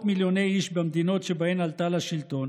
מיליוני איש במדינות שבהן עלתה לשלטון